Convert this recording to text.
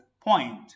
point